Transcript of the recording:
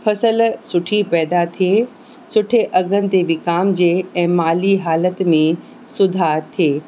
फसल सुठी पैदा थिए सुठे अघनि ते विकामजे ऐं माली हालति में सुधार थिए